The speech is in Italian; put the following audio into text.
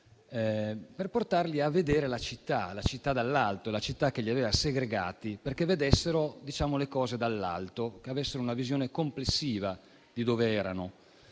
dai manicomi, a vedere la città dall'alto, la città che li aveva segregati, perché vedessero le cose dall'alto e avessero una visione complessiva di dove erano.